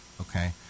okay